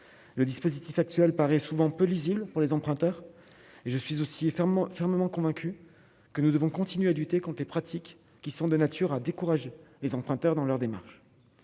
le dispositif actuel paraît souvent peu lisibles pour les emprunteurs et je suis aussi fermement, fermement convaincus que nous devons continuer à lutter contres les pratiques qui sont de nature à décourager les emprunteurs dans leur démarche